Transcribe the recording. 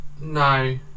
no